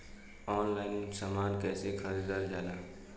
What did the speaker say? Online समान कैसे खरीदल जाला?